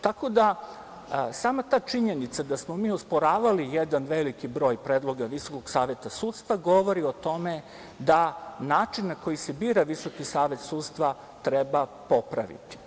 Tako da, sama ta činjenica da smo mi osporavali jedan veliki broj predloga Visokog saveta sudstva govori o tome da način na koji se bira Visoki savet sudstva treba popraviti.